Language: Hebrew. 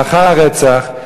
לאחר הרצח,